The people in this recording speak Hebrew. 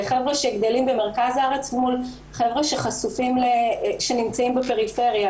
חברה שגדלים במרכז הארץ מול חברה שנמצאים בפריפריה,